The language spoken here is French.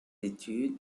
études